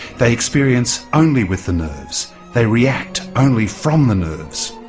they experience only with the nerves, they react only from the nerves,